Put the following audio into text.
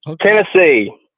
Tennessee